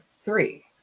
three